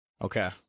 Okay